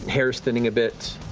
hair is thinning a bit,